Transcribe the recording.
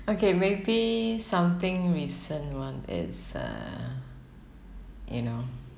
okay maybe something recent one is uh you know